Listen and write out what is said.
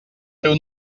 teu